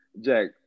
Jack